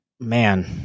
Man